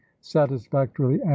satisfactorily